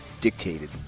dictated